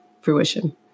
fruition